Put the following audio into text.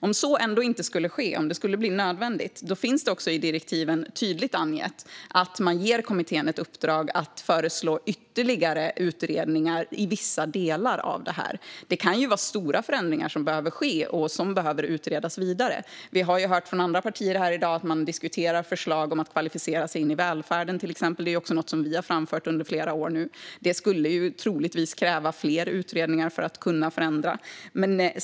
Om det så ändå inte skulle ske, om det skulle bli nödvändigt, finns det i direktiven tydligt angivet att man ger kommittén ett uppdrag att föreslå ytterligare utredningar i vissa delar. Stora förändringar kan behöva ske och kan behöva utredas vidare. Vi har hört från andra partier i dag att förslag har diskuterats om att kvalificera sig in i välfärden. Det är också något som vi under flera år har framfört. Det skulle troligtvis kräva fler utredningar för att kunna genomföra en förändring.